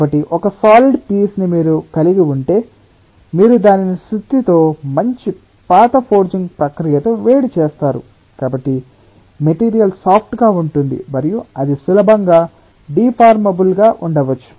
కాబట్టి ఒక solid piece ని మీరు కలిగి ఉంటే మీరు దానిని సుత్తితో మంచి పాత ఫోర్జింగ్ ప్రక్రియతో వేడి చేసారు కాబట్టి మెటీరియల్ సాఫ్ట్ గా ఉంటుంది మరియు అది సులభంగా డిఫార్మబుల్ గా ఉండవచ్చు